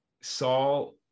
Saul